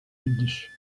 english